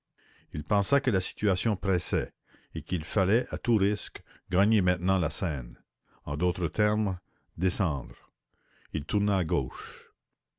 il pensa que la situation pressait et qu'il fallait à tout risque gagner maintenant la seine en d'autres termes descendre il tourna à gauche